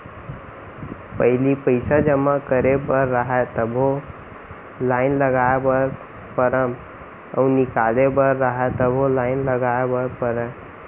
पहिली पइसा जमा करे बर रहय तभो लाइन लगाय बर परम अउ निकाले बर रहय तभो लाइन लगाय बर परय